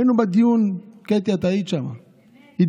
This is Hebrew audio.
היינו בדיון, קטי, את היית שם, התביישנו.